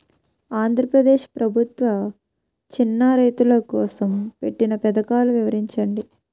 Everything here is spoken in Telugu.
ఆంధ్రప్రదేశ్ ప్రభుత్వ చిన్నా రైతుల కోసం పెట్టిన పథకాలు వివరించండి?